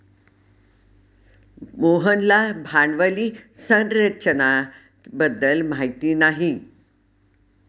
मोहनला भांडवली संरचना बद्दल माहिती नाही